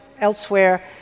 elsewhere